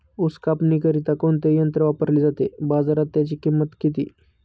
ऊस कापणीकरिता कोणते यंत्र वापरले जाते? बाजारात त्याची किंमत किती?